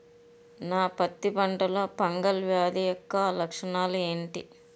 నా పత్తి పంటలో ఫంగల్ వ్యాధి యెక్క లక్షణాలు ఏంటి?